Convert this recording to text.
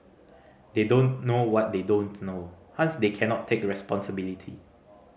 they don't know what they don't know hence they cannot take responsibility